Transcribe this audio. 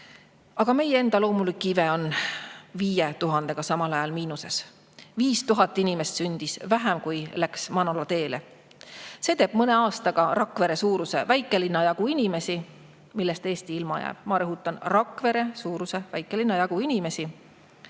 Meie enda loomulik iive on samal ajal 5000‑ga miinuses. 5000 inimest sündis vähem, kui läks manalateele. See teeb mõne aastaga Rakvere-suuruse väikelinna jagu inimesi, kellest Eesti ilma jääb. Ma rõhutan: Rakvere-suuruse väikelinna jagu inimesi.